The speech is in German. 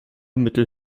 mittel